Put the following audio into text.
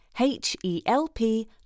H-E-L-P